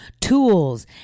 tools